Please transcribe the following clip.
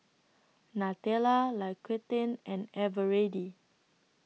Nutella L'Occitane and Eveready